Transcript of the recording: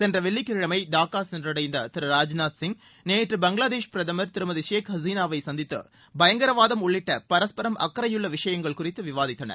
சென்ற வெள்ளிக்கிழமை டாக்கா சென்றடைந்த திரு ராஜ்நாத் சிங் நேற்று பங்களாதேஷ் பிரதமர் திருமதி ஷேக் ஹசீனாவை சந்தித்து பயங்கரவாதம் உள்ளிட்ட பரஸ்பரம் அக்கறையுள்ள விஷயங்கள் குறித்து விவாதித்தார்